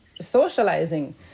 socializing